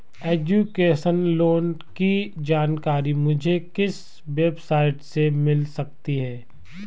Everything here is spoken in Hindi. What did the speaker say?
एजुकेशन लोंन की जानकारी मुझे किस वेबसाइट से मिल सकती है?